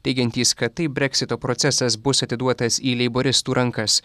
teigiantys kad taip breksito procesas bus atiduotas į leiboristų rankas